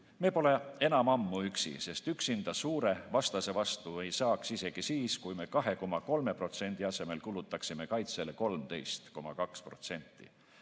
Me pole enam ammu üksi, sest üksinda suure vastase vastu ei saaks isegi siis, kui me 2,3% asemel kulutaksime kaitsele 13,2%.